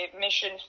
mission